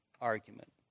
argument